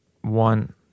one